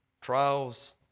trials